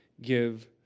give